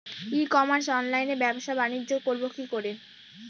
ই commerce অনলাইনে ব্যবসা বানিজ্য করব কি করে?